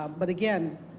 um but again,